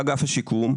באגף השיקום,